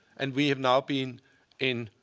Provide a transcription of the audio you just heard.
and we have now been in